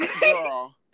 girl